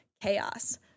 chaos